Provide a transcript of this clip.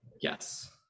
yes